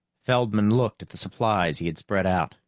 feldman looked at the supplies he had spread out,